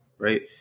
Right